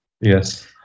yes